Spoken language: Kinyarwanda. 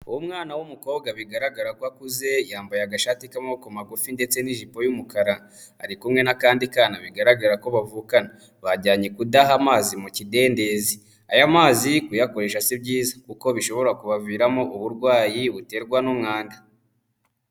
Uwo mwana w'umukobwa bigaragara ko akuze yambaye agashati k'amaboko magufi ndetse n'ijipo y'umukara, ari kumwe n'akandi kana bigaragara ko bavukana, bajyanye kudaha amazi mu kidendezi, aya mazi kuyakoresha si byiza, kuko bishobora kubaviramo uburwayi buterwa n'umwanda.